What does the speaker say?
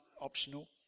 optional